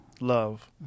love